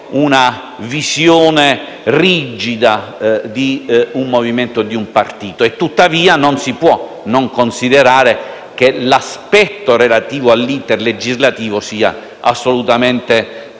la visione rigida di un movimento e di un partito. Tuttavia, non si può non considerare che l'aspetto relativo all'*iter* legislativo sia assolutamente dei